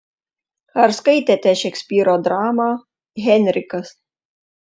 ar skaitėte šekspyro dramą henrikas